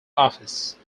office